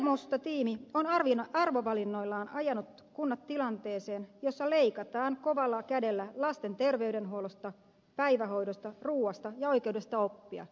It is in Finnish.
vihermusta tiimi on arvovalinnoillaan ajanut kunnat tilanteeseen jossa leikataan kovalla kädellä lasten terveydenhuollosta päivähoidosta ruuasta ja oikeudesta oppia